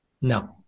No